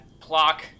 Clock